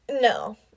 No